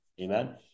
Amen